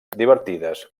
divertides